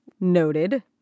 Noted